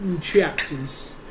chapters